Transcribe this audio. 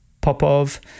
Popov